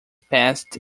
passed